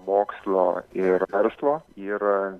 mokslo ir verslo ir